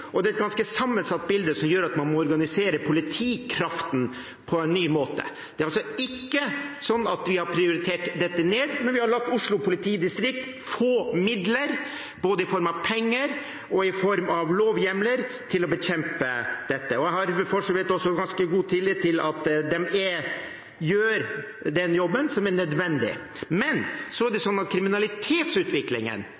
og det er vinningstyveri – det er et ganske sammensatt bilde som gjør at man må organisere politikraften på en ny måte. Det er altså ikke sånn at vi har prioritert dette ned, men vi har latt Oslo politidistrikt få midler både i form av penger og i form av lovhjemler til å bekjempe dette. Jeg har for så vidt også ganske god tillit til at de gjør den jobben som er nødvendig. Men: Kriminalitetsutviklingen har uansett forverret seg, og det